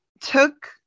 took